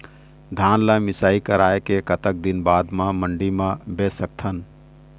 धान ला मिसाई कराए के कतक दिन बाद मा मंडी मा बेच सकथन?